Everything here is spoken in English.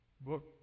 book